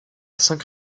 cinq